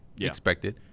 Expected